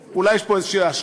אולי יש פה איזו השלמה,